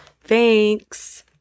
Thanks